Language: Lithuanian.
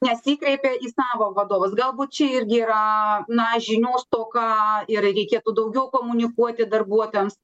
nesikreipia į savo vadovus galbūt čia irgi yra na žinių stoka ir reikėtų daugiau komunikuoti darbuotojams